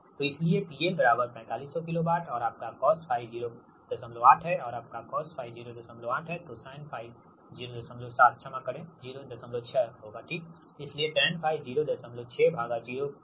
तो इसलिए PL 4500 kilo watt और आपका cos𝜑 08 है और आपका cos𝜑 08 है तो sin𝜑 07 क्षमा करें 06 ठीकइसलिए Tan𝜑 0608 075